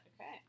Okay